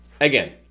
again